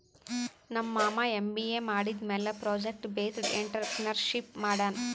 ನಮ್ ಮಾಮಾ ಎಮ್.ಬಿ.ಎ ಮಾಡಿದಮ್ಯಾಲ ಪ್ರೊಜೆಕ್ಟ್ ಬೇಸ್ಡ್ ಎಂಟ್ರರ್ಪ್ರಿನರ್ಶಿಪ್ ಮಾಡ್ಯಾನ್